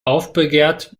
aufbegehrt